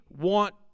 want